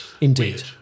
Indeed